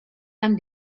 amb